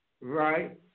Right